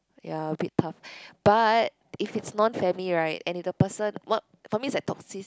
ya a bit tough but if it's non family right and if the person what for me it's like toxis~